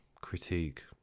critique